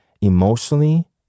emotionally